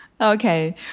Okay